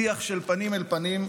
שיח של פנים אל פנים,